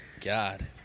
God